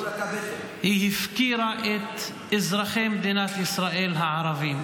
היא הפקירה את אזרחי מדינת ישראל הערבים.